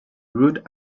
rode